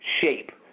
shape